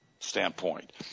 standpoint